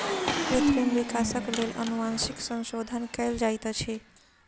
कृत्रिम विकासक लेल अनुवांशिक संशोधन कयल जाइत अछि